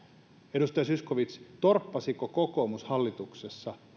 edustaja zyskowicz torppasiko kokoomus hallituksessa